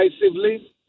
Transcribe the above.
decisively